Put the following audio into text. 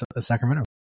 Sacramento